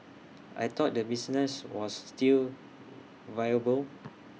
I thought the business was still viable